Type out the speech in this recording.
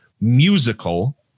musical